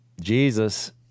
Jesus